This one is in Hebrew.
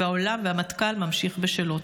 והעולם והמטכ"ל ממשיכים בשלהם.